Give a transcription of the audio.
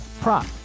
prop